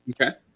Okay